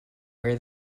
where